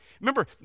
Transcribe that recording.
Remember